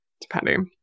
depending